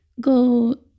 go